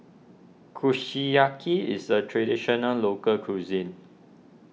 Kushiyaki is a Traditional Local Cuisine